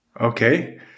Okay